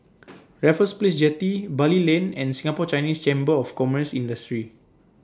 Raffles Place Jetty Bali Lane and Singapore Chinese Chamber of Commerce and Industry